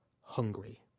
hungry